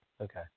Okay